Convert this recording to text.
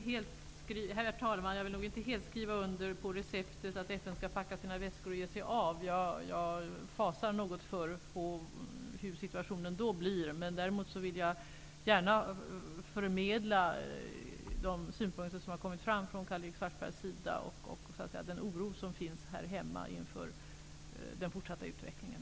Herr talman! Jag vill inte helt skriva under på receptet att FN skall packa sina väskor och ge sig av. Jag fasar för hur situationen då blir. Däremot vill jag gärna förmedla de synpunkter som kommit fram från Karl-Erik Svartberg, och den oro som finns här hemma inför den fortsatta utvecklingen.